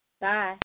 Bye